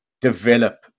develop